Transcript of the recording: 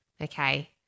Okay